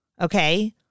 okay